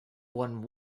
won